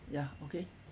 ya okay